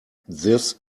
this